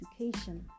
education